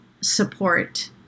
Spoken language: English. support